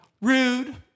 Rude